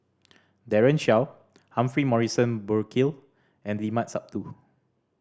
Daren Shiau Humphrey Morrison Burkill and Limat Sabtu